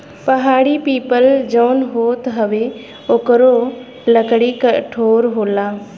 पहाड़ी पीपल जौन होत हउवे ओकरो लकड़ी कठोर होला